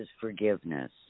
forgiveness